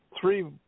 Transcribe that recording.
three